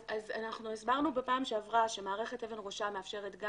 אז אנחנו הסברנו בפעם שעברה שמערכת 'אבן ראשה' מאפשרת גם